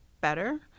better